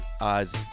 eyes